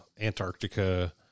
antarctica